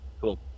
Cool